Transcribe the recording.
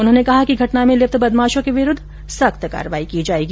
उन्होंने कहा कि घटना में लिप्त बदमाशों के विरुद्ध सख्त कार्रवाई की जाएगी